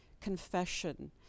Confession